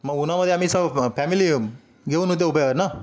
मग उन्हामध्ये आम्ही स फॅमिली घेऊन इथे उभे आहे ना